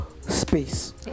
space